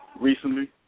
recently